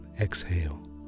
exhale